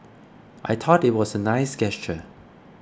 I thought it was a nice gesture